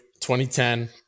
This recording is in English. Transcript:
2010